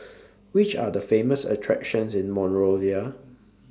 Which Are The Famous attractions in Monrovia